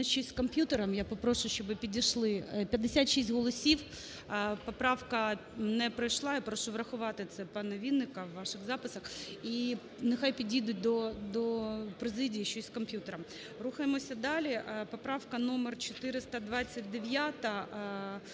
мене щось з комп'ютером, я попрошу, щоби підійшли. 56 голосів. Поправка не пройшла. Я прошу врахувати це, пане Вінник, в ваших записах. І нехай підійдуть до президії щось з комп'ютером. Рухаємося далі. Поправка № 429,